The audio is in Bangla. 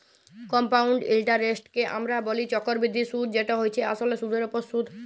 কমপাউল্ড ইলটারেস্টকে আমরা ব্যলি চক্করবৃদ্ধি সুদ যেট হছে আসলে সুদের উপর সুদ